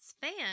fan